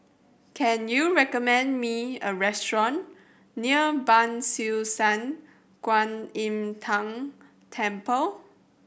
can you recommend me a restaurant near Ban Siew San Kuan Im Tng Temple